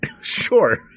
Sure